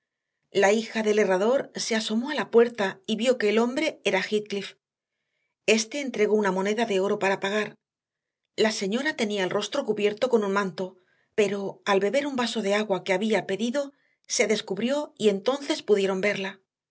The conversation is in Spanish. la hija del herrador se asomó a la puerta y vio que el hombre era heathcliff este entregó una moneda de oro para pagar la señora tenía el rostro cubierto con un manto pero al beber un vaso de agua que había pedido se descubrió y entonces pudieron verla